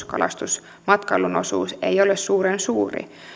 kalastusmatkailun osuus ei ole suuren suuri